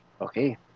Okay